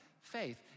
faith